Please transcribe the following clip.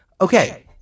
okay